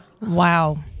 Wow